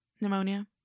pneumonia